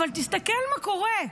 אבל תסתכל מה קורה.